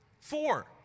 four